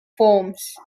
forms